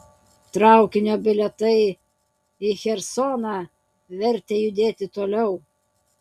traukinio bilietai į chersoną vertė judėti toliau